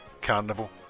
carnival